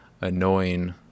annoying